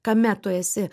kame tu esi